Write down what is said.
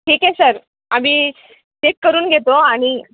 ठीक आहे सर आम्ही चेक करून घेतो आणि